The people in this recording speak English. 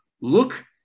look